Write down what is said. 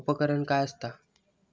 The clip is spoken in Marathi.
उपकरण काय असता?